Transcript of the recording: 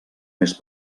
més